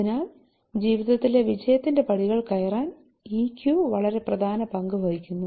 അതിനാൽ ജീവിതത്തിലെ വിജയത്തിന്റെ പടികൾ കയറാൻ ഇക്യു വളരെ പ്രധാന പങ്ക് വഹിക്കുന്നു